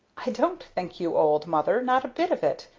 i don't think you old, mother, not bit of it.